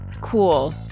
cool